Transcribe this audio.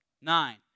Nine